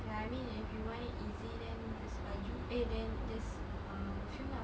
ya I mean if you want it easy then just baju eh then just uh perfume lah